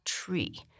tree